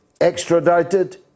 extradited